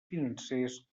financers